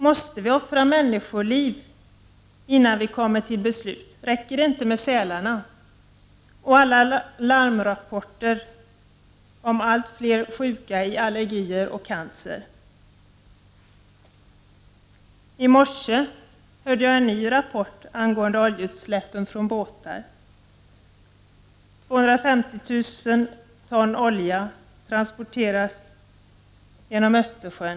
Måste vi offra människoliv innan vi kom mer till beslut — räcker det inte med sälarna och alla larmrapporter om allt fler sjuka i allergier och cancer? I morse hörde jag om en ny rapport angående oljeutsläppen från båtar. 250 000 ton olja transporteras genom Östersjön.